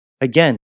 Again